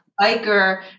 biker